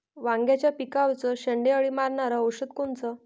वांग्याच्या पिकावरचं शेंडे अळी मारनारं औषध कोनचं?